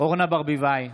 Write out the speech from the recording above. אורנה ברביבאי,